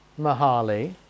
Mahali